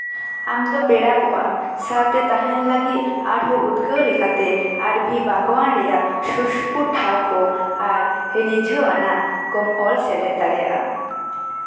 ᱟᱢ ᱫᱚ ᱯᱮᱲᱟ ᱠᱚᱜ ᱟᱢ ᱥᱟᱶᱛᱮ ᱛᱟᱦᱮᱱ ᱞᱟᱹᱜᱤᱫ ᱟᱨᱦᱚᱸ ᱩᱫᱽᱜᱟᱹᱣ ᱞᱮᱠᱟᱛᱮ ᱟᱨ ᱵᱷᱤ ᱵᱟᱜᱣᱟᱱ ᱨᱮᱭᱟᱜ ᱥᱩᱨ ᱥᱩᱯᱩᱨ ᱴᱷᱟᱶ ᱠᱚ ᱟᱨ ᱨᱤᱡᱷᱟᱹᱣ ᱟᱱᱟᱜ ᱠᱚᱢ ᱚᱞ ᱥᱮᱞᱮᱫ ᱫᱟᱲᱮᱭᱟᱜᱼᱟ